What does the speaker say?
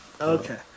Okay